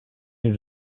need